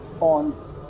on